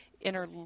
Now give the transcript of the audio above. inner